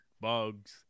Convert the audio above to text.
Bugs